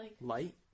Light